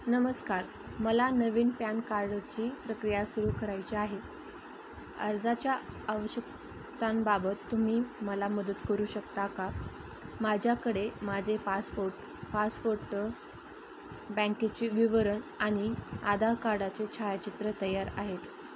नमस्कार मला नवीन प्यानकार्डची प्रक्रिया सुरू करायची आहे अर्जाच्या आवश्यकतांबाबत तुम्ही मला मदत करू शकता का माझ्याकडे माझे पासपोर्ट पासपोर्ट बँकेचे विवरण आणि आधार कार्डाचे छायाचित्र तयार आहेत